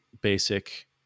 basic